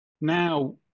Now